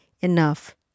enough